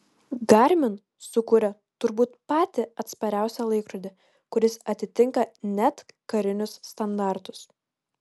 garmin sukūrė turbūt patį atspariausią laikrodį kuris atitinka net karinius standartus